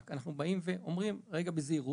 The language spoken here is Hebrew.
רק שאנחנו באים ואומרים: בזהירות,